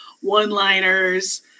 one-liners